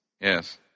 Yes